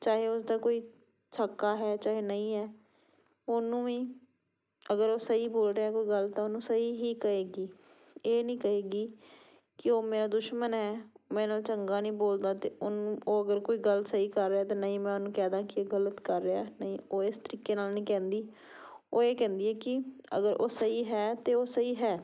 ਚਾਹੇ ਉਸਦਾ ਕੋਈ ਸਕਾ ਹੈ ਚਾਹੇ ਨਹੀਂ ਹੈ ਉਹਨੂੰ ਵੀ ਅਗਰ ਉਹ ਸਹੀ ਬੋਲ ਰਿਹਾ ਕੋਈ ਗੱਲ ਤਾਂ ਉਹਨੂੰ ਸਹੀ ਹੀ ਕਹੇਗੀ ਇਹ ਨਹੀਂ ਕਹੇਗੀ ਕਿ ਉਹ ਮੇਰਾ ਦੁਸ਼ਮਣ ਹੈ ਮੇਰੇ ਨਾਲ ਚੰਗਾ ਨਹੀਂ ਬੋਲਦਾ ਅਤੇ ਉਹਨੂੰ ਉਹ ਅਗਰ ਕੋਈ ਗੱਲ ਸਹੀ ਕਰ ਰਿਹਾ ਤਾਂ ਨਹੀਂ ਮੈਂ ਉਹਨੂੰ ਕੈਂਦਾਂ ਕਿ ਉਹ ਗਲਤ ਕਰ ਰਿਹਾ ਨਹੀਂ ਉਹ ਇਸ ਤਰੀਕੇ ਨਾਲ ਨਹੀਂ ਕਹਿੰਦੀ ਉਹ ਇਹ ਕਹਿੰਦੀ ਕਿ ਅਗਰ ਉਹ ਸਹੀ ਹੈ ਤਾਂ ਉਹ ਸਹੀ ਹੈ